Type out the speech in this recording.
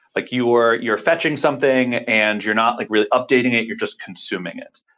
like you're you're fetching something and you're not like really updating it. you're just consuming it.